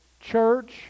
church